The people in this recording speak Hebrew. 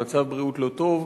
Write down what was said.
או במצב בריאות לא טוב.